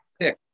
pick